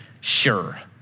sure